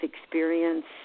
experience